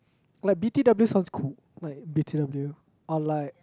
like B_T_W sounds cool like B_T_W or like